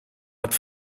hat